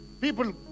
people